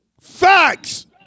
Facts